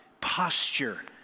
posture